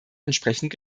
entsprechend